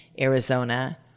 Arizona